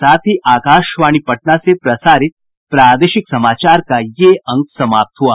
इसके साथ ही आकाशवाणी पटना से प्रसारित प्रादेशिक समाचार का ये अंक समाप्त हुआ